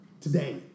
today